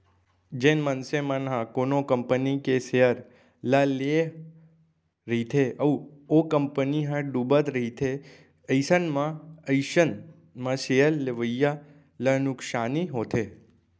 जेन मनसे मन ह कोनो कंपनी के सेयर ल लेए रहिथे अउ ओ कंपनी ह डुबत रहिथे अइसन म अइसन म सेयर लेवइया ल नुकसानी होथे